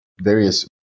Various